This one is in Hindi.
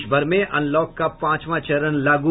देश भर में अनलॉक का पांचवां चरण लागू